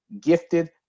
gifted